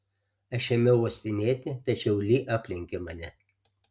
aš ėmiau uostinėti tačiau li aplenkė mane